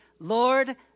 Lord